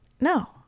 no